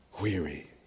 weary